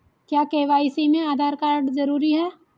क्या के.वाई.सी में आधार कार्ड जरूरी है?